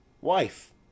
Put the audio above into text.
wife